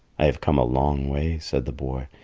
i have come a long way, said the boy,